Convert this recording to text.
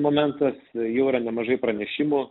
momentas jau yra nemažai pranešimų